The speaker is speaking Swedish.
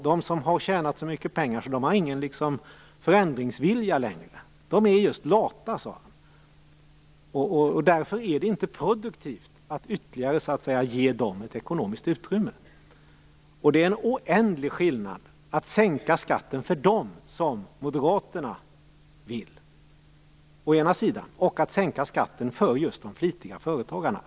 De har tjänat så mycket pengar att de inte har någon förändringsvilja längre - de är just lata, sade han. Därför är det inte produktivt att ge dem ytterligare ekonomiskt utrymme. Det är en oändlig skillnad mellan att å ena sidan sänka skatten för denna grupp - som Moderaterna vill - och att å andra sidan sänka skatten för just de flitiga företagarna.